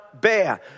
bear